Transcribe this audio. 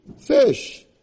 fish